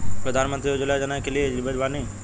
प्रधानमंत्री उज्जवला योजना के लिए एलिजिबल बानी?